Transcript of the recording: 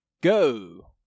go